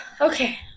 Okay